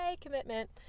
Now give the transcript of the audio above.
commitment